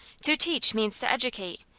to teach means to educate,